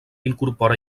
incorpora